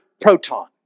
proton